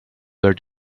where